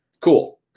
cool